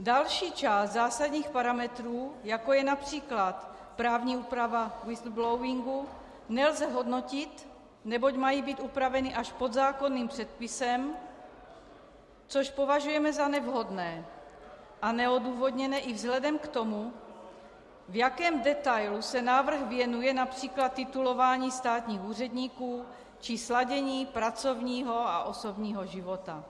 Další část zásadních parametrů, jako je například právní úprava whistleblowingu, nelze hodnotit, neboť mají být upraveny až podzákonným předpisem, což považujeme za nevhodné a neodůvodněné i vzhledem k tomu, v jakém detailu se návrh věnuje například titulování státních úředníků či sladění pracovního a osobního života.